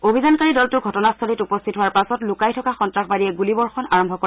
অভিযানকাৰী দলটো ঘটনাস্থলীত উপস্থিত হোৱাৰ পাছত লুকাই থকা সন্তাসবাদীয়ে গুলীবৰ্ষণ আৰম্ভ কৰে